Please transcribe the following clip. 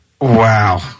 Wow